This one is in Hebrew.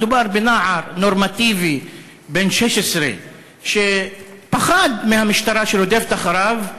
מדובר בנער נורמטיבי בן 16 שפחד מהמשטרה שרודפת אחריו.